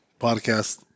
podcast